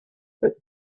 but